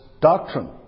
doctrine